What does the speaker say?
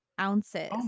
ounces